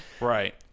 Right